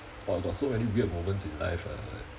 !wah! I got so many weird moments in life ah